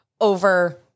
over